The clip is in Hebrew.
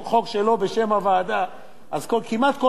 כמעט כל סדר-היום מוקדש היום לוועדת העבודה והרווחה.